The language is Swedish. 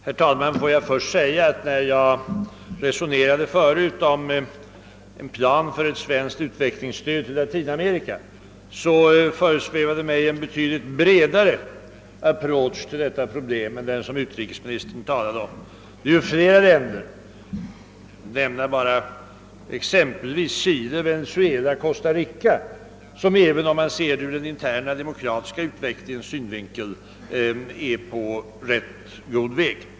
Herr talman! Får jag först säga att när jag förut resonerade om en plan för ett svenskt utvecklingsstöd till Latinamerika, föresvävade det mig en betydligt bredare approach till detta problem än den som utrikesministern talade om. Det gäller ju flera länder — jag vill nämna bara exempevis Chile, Venezuela och Costa Rica — som även om man ser det ur den interna demokratiska utvecklingens synvinkel är på rätt god väg.